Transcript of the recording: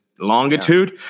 longitude